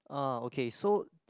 uh okay so